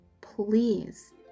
please